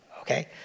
okay